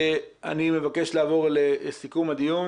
אני מבקש לעבור לסיכום הדיון.